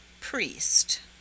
priest